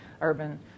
urban